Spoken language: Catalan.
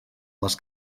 les